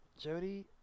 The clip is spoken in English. Jody